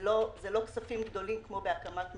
זה לא כספים גדולים כמו בהקמת מלון.